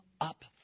up